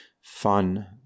fun